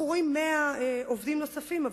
אנחנו רואים 100 עובדים נוספים,